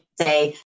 say